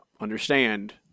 understand